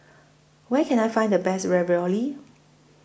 Where Can I Find The Best Ravioli